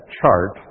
chart